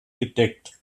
gedeckt